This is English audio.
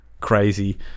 crazy